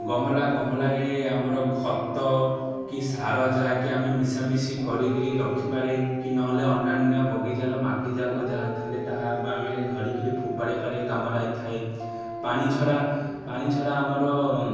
ଗମଲା ଗମଲାରେ ଆମର ଖତ କି ସାର ଯାହାକି ଆମେ ମିଶାମିଶି କରିକିରି ରଖିପାରେ କି ନହେଲେ ଅନ୍ୟାନ୍ୟ ବଗିଚାର ମାଟିଯାକ ଯାହା ଥିଲେ ତାହା ଆମେ ଧରିକିରି ଫୋପାଡ଼ିବାରେ କାମରେ ଆସିଥାଏ ପାଣି ଝଡ଼ା ପାଣି ଝଡ଼ା ଆମର